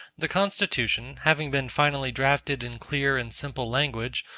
the constitution, having been finally drafted in clear and simple language,